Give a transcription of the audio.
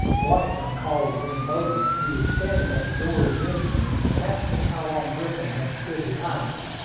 washburn called to ben bowman, who was standing at the door of the engine-room, and asked him how long griffin had stood behind us.